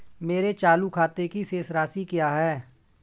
मेरे चालू खाते की शेष राशि क्या है?